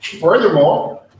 Furthermore